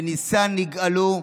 בניסן נגאלו,